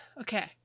Okay